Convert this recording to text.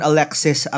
Alexis